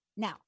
Now